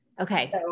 Okay